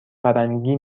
فرنگی